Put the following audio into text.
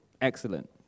Excellent